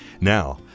Now